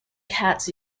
cats